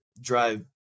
drive